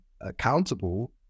accountable